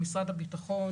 במשרד הביטחון